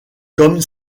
comme